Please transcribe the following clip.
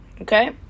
Okay